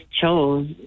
chose